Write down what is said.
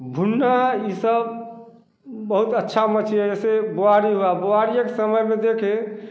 भुना यह सब बहुत अच्छी मछली है जैसे बोयाड़ी हुआ बोयाड़ी एक समय पर देखे